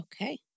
Okay